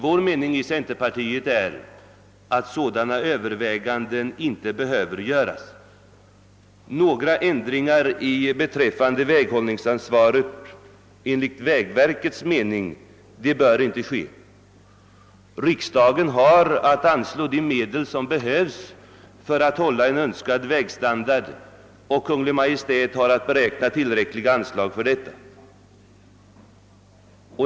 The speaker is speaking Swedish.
Vår mening i centerpartiet är att sådana överväganden inte behöver göras. Några ändringar beträffande väghållningsansvaret i enlighet med vägverkets propå bör inte ske. Riksdagen har att anslå de medel som behövs för att hålla en önskad vägstandard, och Kungl. Maj:t har att beräkna tillräckliga anslag för detta.